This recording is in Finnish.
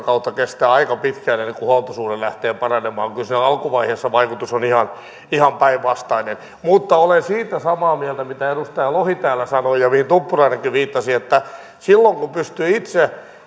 kautta kestää aika pitkään ennen kuin huoltosuhde lähtee paranemaan kyllä alkuvaiheessa vaikutus on ihan ihan päinvastainen mutta olen siitä samaa mieltä mitä edustaja lohi täällä sanoi ja mihin tuppurainenkin viittasi että silloin kun pystyy itse